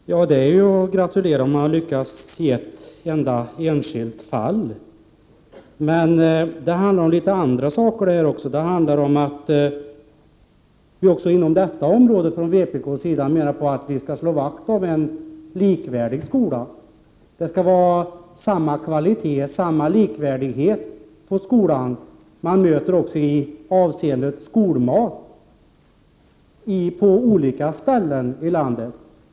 Herr talman! Det är ju bara att gratulera, även om man har lyckats endast i ett enda enskilt fall. Men det handlar om litet andra saker också. Vi från vpk menar att vi skall slå vakt om likvärdighet i skolan. Det skall vara samma kvalitet på skolan också vad gäller skolmat på olika ställen i landet.